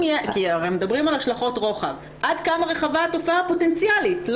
מדברים על השלכות רוחב אז עד כמה רחבה התופעה הפוטנציאלית?